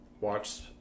watched